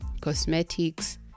cosmetics